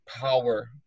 power